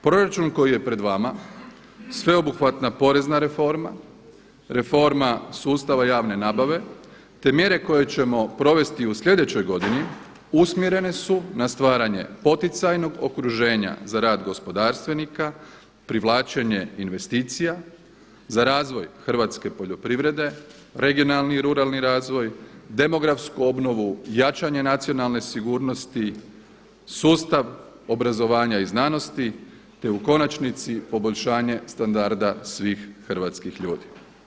Proračun koji je pred vama sveobuhvatna porezna reforma, reforma sustava javne nabave, te mjere koje ćemo provesti u sljedećoj godini, usmjerene su na stvaranje poticajnog okruženja za rad gospodarstvenika, privlačenje investicija, za razvoj hrvatske poljoprivrede, regionalni ruralni razvoj, demografsku obnovu, jačanje nacionalne sigurnosti, sustav obrazovanja i znanosti, te u konačnici poboljšanje standarda svih hrvatskih ljudi.